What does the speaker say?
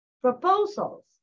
proposals